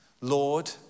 Lord